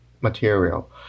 material